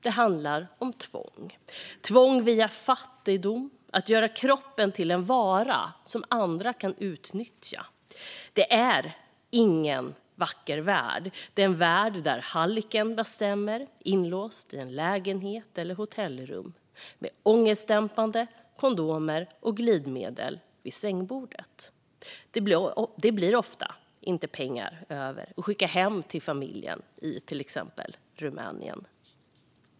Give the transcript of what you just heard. Det handlar om tvång, tvång på grund av fattigdom, att göra kroppen till en vara som andra kan utnyttja. Det är ingen vacker värld. Det är en värld där hallicken bestämmer. Man är inlåst i en lägenhet eller ett hotellrum med ångestdämpande, kondomer och glidmedel på sängbordet. Det blir ofta inga pengar över att skicka hem till familjen i till exempel Rumänien.